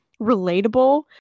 relatable